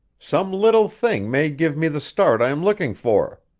some little thing may give me the start i am looking for.